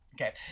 okay